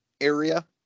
area